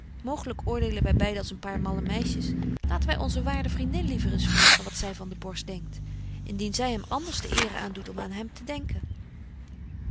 mooglyk oordelen wy beide als een paar malle meisjes laten wy onze waarde vriendin liever eens vragen wat zy van den borst denkt indien zy hem anders de eere aandoet om aan hem te denken